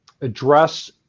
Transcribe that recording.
address